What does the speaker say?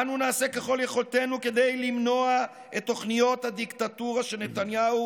אנו נעשה ככל יכולתנו כדי למנוע את תוכניות הדיקטטורה של נתניהו